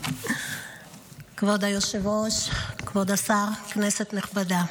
כבוד היושב-ראש, כבוד השר, כנסת נכבדה,